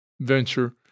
venture